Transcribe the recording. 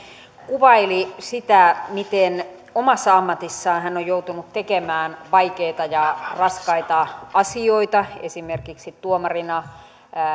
kuvaili sitä miten omassa ammatissaan hän on joutunut tekemään vaikeita ja raskaita asioita esimerkiksi tuomarina